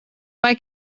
vai